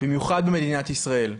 במיוחד במדינת ישראל.